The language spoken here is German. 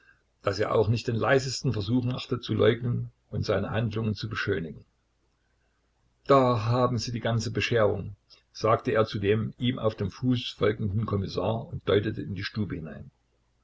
daß er auch nicht den leisesten versuch machte zu leugnen und seine handlungen zu beschönigen da haben sie die ganze bescherung sagte er zu dem ihm auf den fuß folgenden kommissar und deutete in die stube hinein